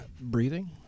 breathing